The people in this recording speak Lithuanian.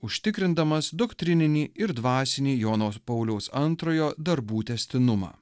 užtikrindamas doktrininį ir dvasinį jono pauliaus antrojo darbų tęstinumą